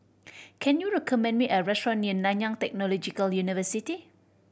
can you recommend me a restaurant near Nanyang Technological University